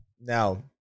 Now